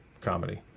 comedy